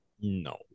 No